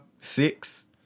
six